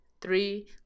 Three